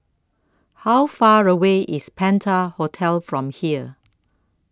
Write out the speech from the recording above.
How Far away IS Penta Hotel from here